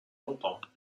longtemps